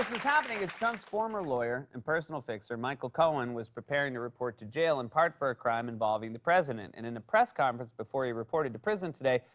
was happening as trump's former lawyer and personal fixer, michael cohen, was preparing to report to jail in part for a crime involving the president. and in a press conference before he reported to prison today,